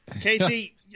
Casey